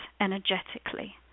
energetically